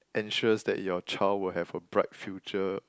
ensures that your child will have a bright future